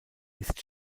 ist